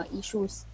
issues